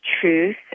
truth